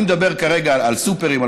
אני מדבר כרגע על סופרים,